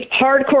hardcore